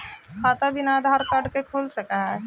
खाता बिना आधार कार्ड के खुल सक है?